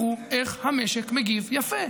תראו איך המשק מגיב יפה,